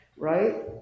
Right